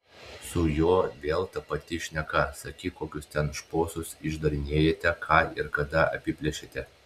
su juo vėl ta pati šneka sakyk kokius ten šposus išdarinėjate ką ir kada apiplėšėte